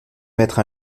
mettre